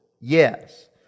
Yes